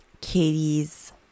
Katie's